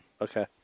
Okay